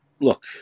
look